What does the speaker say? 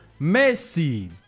Messi